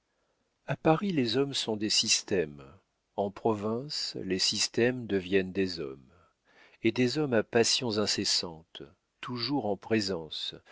a paris les hommes sont des systèmes en province les systèmes deviennent des hommes et des hommes à passions incessantes toujours en présence